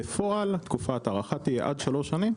בפועל תקופת ההארכה תהיה עד שלוש שנים,